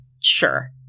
Sure